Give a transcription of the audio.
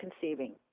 conceiving